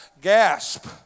gasp